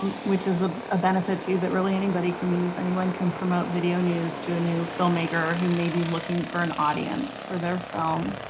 and which is a ah benefit that really anybody can use. anybody can promote video news to a new film maker who may be looking for an audience for their film.